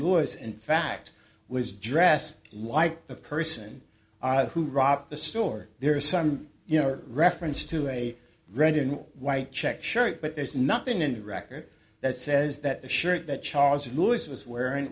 is in fact was dress like the person who rocked the store there's some you know reference to a red and white checked shirt but there's nothing in the record that says that the shirt that charles lewis was wearing